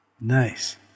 Nice